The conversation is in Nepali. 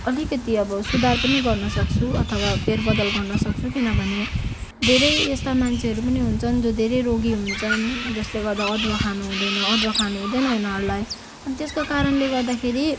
अलिकती अब सुधार पनि गर्न सक्छु अथवा फेरबदल गर्न सक्छु किनभने धेरै यस्ता मान्छेहरू पनि हुन्छन् जो धेरै रोगी हुन्छन् जस्ले गर्दा अदुवा खानु हुँदैन अदुवा खानु हुँदैन उनीहरूलाई अनि त्यसको कारणले गर्दाखेरि